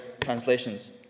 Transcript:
translations